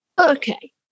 Okay